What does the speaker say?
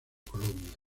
colombia